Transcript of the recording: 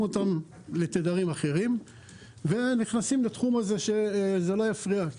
אותם לתדרים אחרים ונכנסים לתחום הזה שזה לא יפריע.